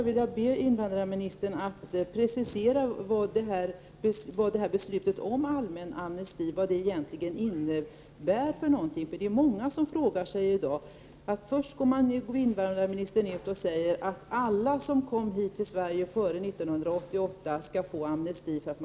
Invandrarministern meddelade i mellandagarna att alla asylsökande som kommit till Sverige före 1988 skulle få uppehållstillstånd.